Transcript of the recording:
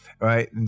right